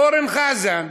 אורן חזן,